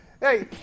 hey